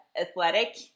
athletic